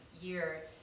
year